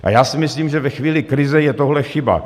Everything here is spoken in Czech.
A já si myslím, že ve chvíli krize je tohle chyba.